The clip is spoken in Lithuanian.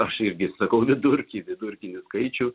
aš irgi sakau vidurkį vidurkinį skaičių